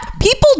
people